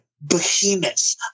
behemoth